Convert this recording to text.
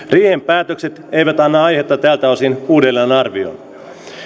riihen päätökset eivät anna aihetta tältä osin uudelleenarvioon